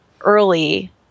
early